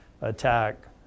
attack